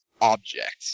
object